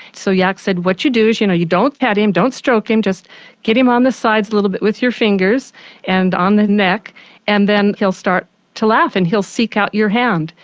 so jaak said what you do is you know you don't pat him, don't stroke him, just get him on the sides a little bit with your fingers and on the neck and then he'll start to laugh and he'll seek out your hand.